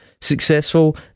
successful